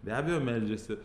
be abejo meldžiasi